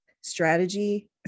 strategy